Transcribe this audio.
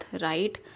right